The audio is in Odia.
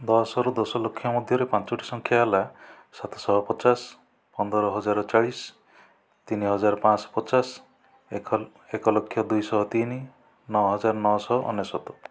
ଦଶରୁ ଦଶଲକ୍ଷ ମଧ୍ୟରେ ପଞ୍ଚୋଟି ସଂଖ୍ୟା ହେଲା ସାତଶହ ପଚାଶ ପନ୍ଦରହଜାର ଚାଳିଶ ତିନିହଜାର ପାଞ୍ଚଶହ ପଚାଶ ଏକ ଏକ ଲକ୍ଷ ଦୁଇଶହ ତିନି ନଅହଜାର ନଅଶହ ଅନେଶ୍ଵତ